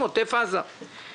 הגיעו אלינו בתוך יום והיו המומים.